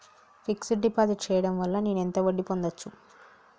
Fix డ్ deposit చేయటం వల్ల నేను ఎంత వడ్డీ పొందచ్చు?